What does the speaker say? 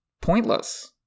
pointless